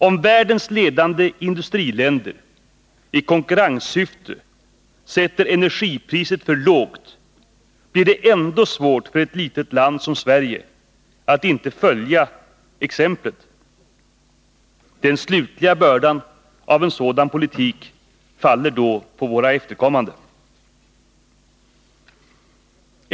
Om världens ledande industriländer i konkurrenssyfte sätter energipriset för lågt, blir det ändå svårt för ett litet land som Sverige att inte följa exemplet. Den slutliga bördan av en sådan politik faller då på våra efterkommande.